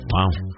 Wow